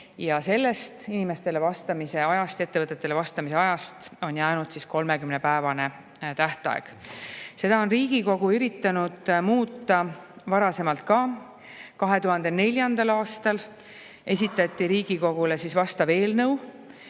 Ja sellest inimestele vastamise ajast, ettevõtetele vastamise ajast on jäänud see 30-päevane tähtaeg. Seda on Riigikogu üritanud muuta varasemalt ka. 2004. aastal esitati Riigikogule vastav eelnõu,